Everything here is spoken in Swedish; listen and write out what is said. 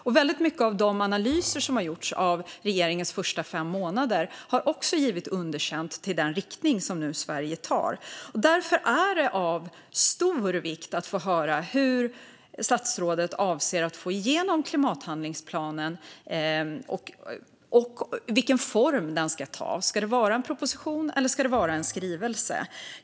En stor del av de analyser som har gjorts av regeringens första fem månader har också givit underkänt till den riktning som Sverige nu tar. Därför är det av stor vikt att få höra hur statsrådet avser att få igenom klimathandlingsplanen och vilken form den ska ta. Ska det vara en proposition eller en skrivelse?